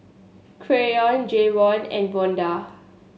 Canyon Jayvon and Vonda